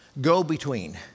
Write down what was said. go-between